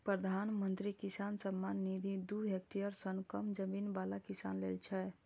प्रधानमंत्री किसान सम्मान निधि दू हेक्टेयर सं कम जमीन बला किसान लेल छै